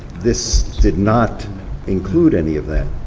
this did not include any of that,